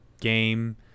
game